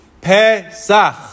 Pesach